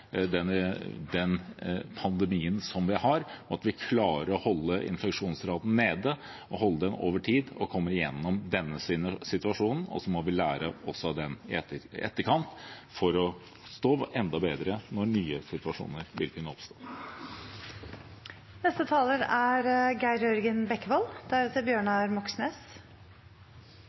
pandemien, klare å holde infeksjonsraten nede og holde den nede over tid, så vi kommer gjennom denne situasjonen. Så må vi også lære av den i etterkant for å stå enda bedre rustet når nye situasjoner eventuelt oppstår. Aller først vil